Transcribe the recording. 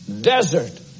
desert